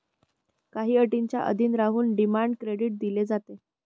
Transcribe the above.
काही अटींच्या अधीन राहून डिमांड क्रेडिट दिले जाते